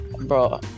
bro